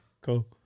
Cool